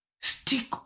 Stick